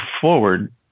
forward